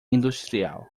industrial